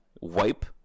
wipe